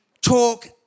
talk